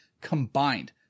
combined